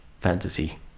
fantasy